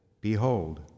Behold